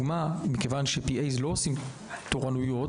מכיוון ש-PAs לא עושים תורנויות,